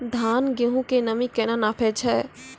धान, गेहूँ के नमी केना नापै छै?